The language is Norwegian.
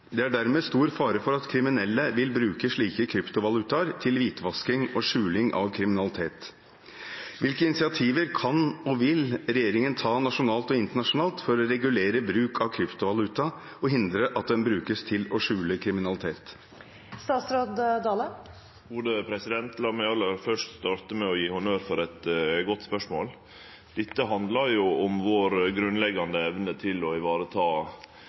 det ut. Det er dermed stor fare for at kriminelle vil bruke slike kryptovalutaer til hvitvasking og skjuling av kriminalitet. Hvilke initiativer kan og vil regjeringen ta nasjonalt og internasjonalt for å regulere bruk av kryptovaluta og hindre at den brukes til å skjule kriminalitet?» La meg starte med å gje honnør for eit godt spørsmål. Dette handlar om vår grunnleggjande evne til å